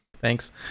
thanks